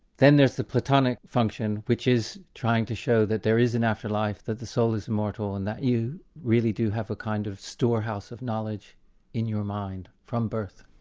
then there's the platonic function, which is trying to show that there is an afterlife, that the soul is mortal, and that you really do have a kind of storehouse of knowledge in your mind, from birth.